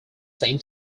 same